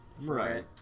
right